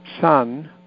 son